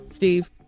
Steve